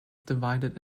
divided